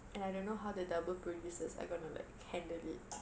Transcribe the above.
and I don't know how the double producers are going to like handle it